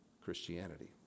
Christianity